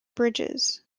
bridges